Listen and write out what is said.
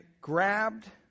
grabbed